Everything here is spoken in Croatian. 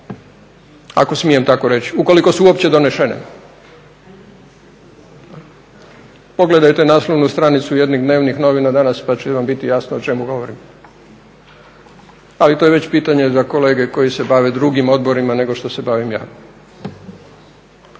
ako smijem tako reći, ukoliko su uopće donesene. Pogledajte naslovnu stranicu jednih dnevnih novina danas pa će vam biti jasno o čemu govorim ali to je već pitanje za kolege koji se bave drugim odborima nego što se bavim ja.